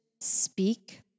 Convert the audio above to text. speak